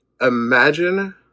Imagine